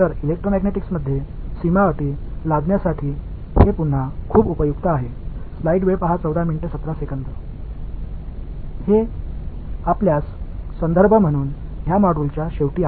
எனவே மின்காந்தங்களில் boundary conditions களை பயன்படுத்த இது மீண்டும் மிகவும் பயனுள்ளதாக இருக்கும்